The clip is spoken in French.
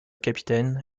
capitaine